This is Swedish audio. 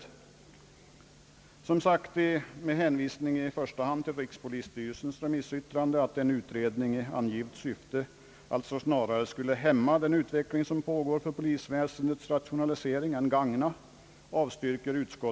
Utskottet avstyrker en särskild utredning även i detta avsnitt, under hänvisning i första hand till rikspolisstyrelsens remissyttrande och uppfattning att en utredning i angivet syfte snarare skulle hämma än gagna den utveckling som pågår vad gäller polisväsendets rationalisering. Jag kommer slutligen till